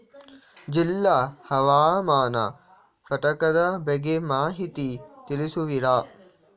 ಜಿಲ್ಲಾ ಹವಾಮಾನ ಘಟಕದ ಬಗ್ಗೆ ಮಾಹಿತಿ ತಿಳಿಸುವಿರಾ?